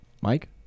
Mike